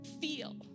feel